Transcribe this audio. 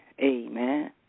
Amen